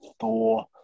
Thor